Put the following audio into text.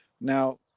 Now